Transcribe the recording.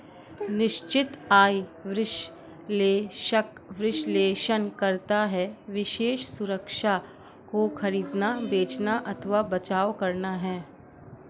निश्चित आय विश्लेषक विश्लेषण करता है विशेष सुरक्षा को खरीदना, बेचना अथवा बचाव करना है